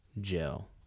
gel